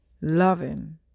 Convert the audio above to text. Loving